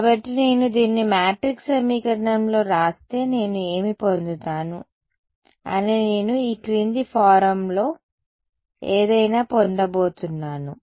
కాబట్టి నేను దీన్ని మ్యాట్రిక్స్ సమీకరణంలో వ్రాస్తే నేను ఏమి పొందుతాను అని నేను ఈ క్రింది ఫారమ్లో ఏదైనా పొందబోతున్నాను